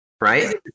Right